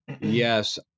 Yes